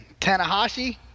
Tanahashi